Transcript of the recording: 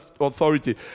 authority